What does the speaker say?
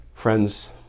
Friends